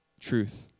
truth